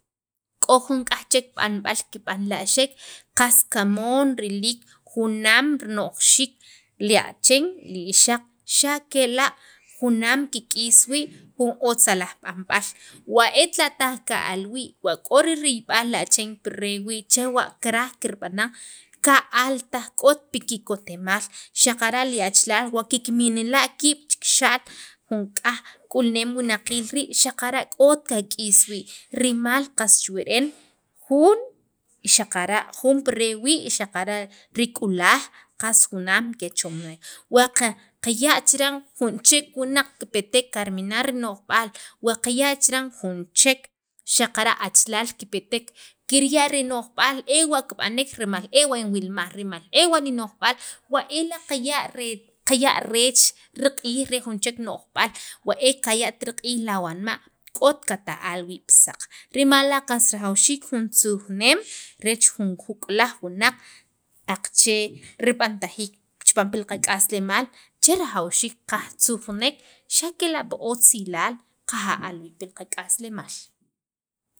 k'o jun k'aj chek b'anb'al kib'anla'xek qas kamoon riliik junaam rino'jxiik li achen li ixaq xa' kela' junaam kik'is wii' jun otzalaj b'anb'al wa etla' taj ka al wii' wa k'o ririyb'aal li achen pi rewii' chewa' kiraj kirb'anan ka'al taj k'ot kikotemaal xaqara' li achalal wa kikmin la' kiib' chikixa'l jun k'aj k'ulneem wunaqiil rii' xaqara' k'ot qak'is wii' rimal qas chuwa re'en jun xaqara' jun pi rewii' xaqara' li k'ulaj qas junaam kichomnek wa qaqe kirya' chiran jun chek wunaq kipetek kirmina' rino'jb'aal wa qaya' chiran jun chek wunaq xaqara' achalal kipetek kirya' rino'jbaal ew' kib'ane rimal e la' inwilmaj rimal ela' nino'jb'al wa ela' qaya' reech riq'iij re jun chek no'jb'aal wa e kaya't riq'iij awanma' k'ot kata al wii pi saq rimal la qas rajawxiik jun tzujneem reech jun k'ulaj wunaq aqache' rib'antajiik chipaam qak'aslemaal che rajaswxiik katzujnek xa' kela' pi otzilaal kaja'al wii' pi qak'aslemaal.